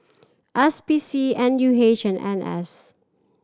S P C N U H and N S